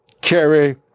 carry